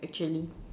actually